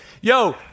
Yo